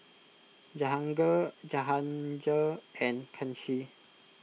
Jahangir Jahangir and Kanshi